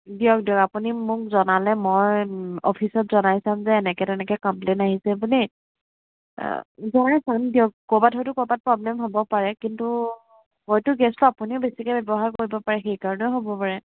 দিয়ক দিয়ক আপুনি মোক জনালে মই অফিচত জনাই চাম যে এনেকৈ তেনেকৈ কমপ্লেইন আহিছে বুলি জনাই চাম দিয়ক ক'ৰবাত হয়তো ক'ৰবাত প্ৰব্লেম হ'ব পাৰে কিন্তু হয়তো গেছটো আপুনিও বেছিকে ব্যৱহাৰ কৰিব পাৰে সেইকাৰণেও হ'ব পাৰে